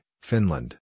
Finland